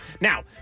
Now